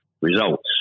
results